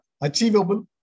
achievable